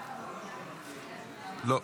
לא.